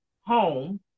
home